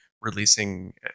releasing